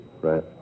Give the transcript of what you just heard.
Right